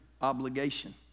obligation